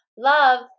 Love